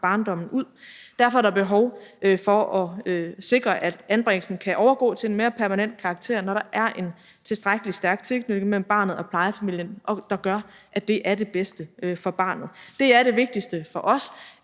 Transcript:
barndommen ud. Derfor er der behov for at sikre, at anbringelsen kan overgå til en mere permanent karakter, når der er en tilstrækkelig stærk tilknytning mellem barnet og plejefamilien, der gør, at det er det bedste for barnet. Det er det vigtigste for os: